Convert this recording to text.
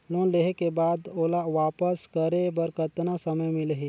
Loan लेहे के बाद ओला वापस करे बर कतना समय मिलही?